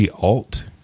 Alt